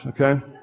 okay